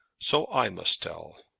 so i must tell.